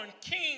king